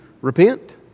repent